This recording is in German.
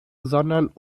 sondern